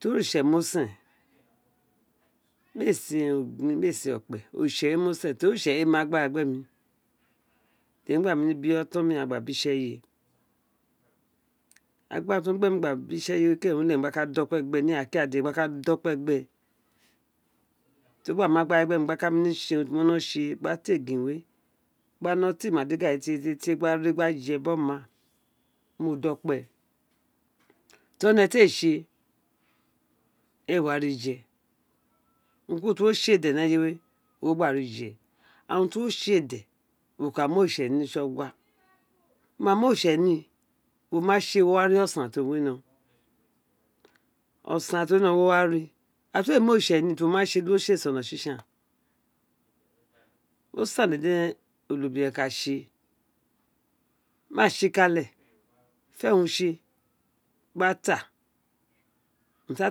To ri ontse mo sen mr ee sen okpe oritse mo no sen to ri ori tse owun re mi agbara gba mi temi aba bi oton mi ghan gba bi tsi eye we a gbara tr o mu gbe mi gba br tsi eyewe mo ka dokpe gbe mi ira ki ira dede mo ka do kpe gbe to gba mi tse urun tem ka tsi ee we gbe nems teia egin we gba no ti ma diga tie tie tie gba re gba je bi oma du mo dokpe to ri one ti a tsi éè éè wa ri jè arunku urun tr uwo tse de ní eyewe owun uwo gba ri je urun tr uwo tsé de wo ka mí oritse ni tsiogua wo ma mì oritse ni di uwo tsè son tsitsian ọsan dé giń onobiren ka tsi éè ma tsikale fe urun tsi gba ta urun dr a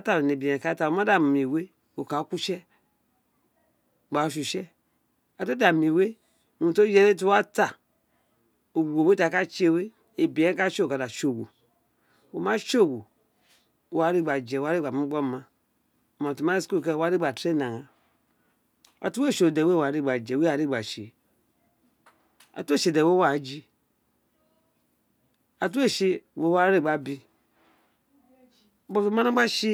ta owu onobiren ka ta wo ma da mr iwe wo ka re gba ko utse gba tsi éè utse lra tr uwo wí ee ma iwe urun tr o yele dì awo wa ta awo we bobo ti a ka tsì we tí obiren we ka tse owo wo ka dá tsi éè owo mo ma tsi owo wo wa rí gbaje wo wa rí gba mu gbu oma oma tì rì gba train aghaan ira br we tsè owo we wa ri gba je we wa rí gba mo ira ti uwo we tsi ee wo wa re gba jí ira ti uwo we tsi ee wo wa re gba bi wo ma nõ gba tsi.